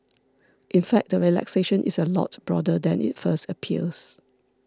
in fact the relaxation is a lot broader than it first appears